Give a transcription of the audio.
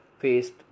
faced